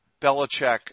Belichick